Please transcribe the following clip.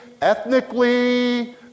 ethnically